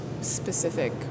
specific